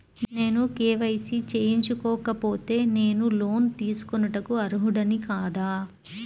నేను కే.వై.సి చేయించుకోకపోతే నేను లోన్ తీసుకొనుటకు అర్హుడని కాదా?